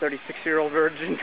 thirty six year old virgin